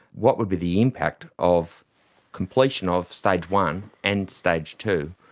what would be the impact of completion of stage one and stage two,